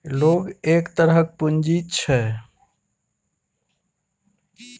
loan एक तरहक पुंजी छै